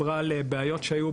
זה היה בעיקר בענף הבניין,